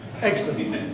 Excellent